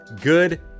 good